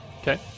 Okay